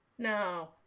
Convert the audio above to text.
no